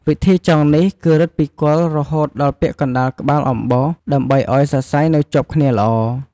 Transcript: វិធីចងនេះគឺ រឹតពីគល់រហូតដល់ពាក់កណ្ដាលក្បាលអំបោស ដើម្បីឲ្យសរសៃនៅជាប់គ្នាល្អ។